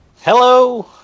Hello